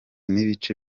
n’ibice